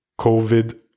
COVID